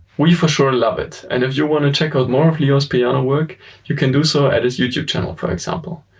we for sure love it. and if you wanna check out more of leos piano work you can do so at his youtube channel for example.